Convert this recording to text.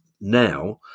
now